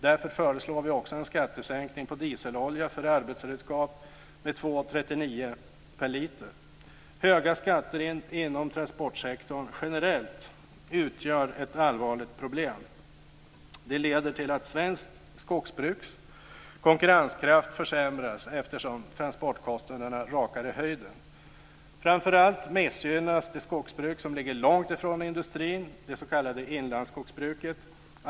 Därför föreslår vi också en skattesänkning på dieselolja för arbetsredskap med 2:39 kr per liter. Höga skatter generellt inom transportsektorn utgör ett allvarligt problem. Det leder till att svenskt skogsbruks konkurrenskraft försämras, eftersom transportkostnaderna rakar i höjden. Framför allt missgynnas det skogsbruk som ligger långt ifrån industrin, det s.k. inlandsskogsbruket.